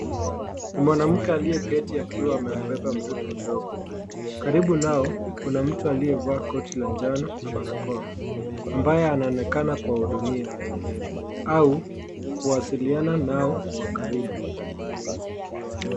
Mwanamke aliyeketi akiwa amembeba mtoto mdogo. Karibu nao, kuna mtu aliyevaa koti la njano na barakoa, ambaye anaonekana kuwahudumia au kuwasiliana nao kwa karibu.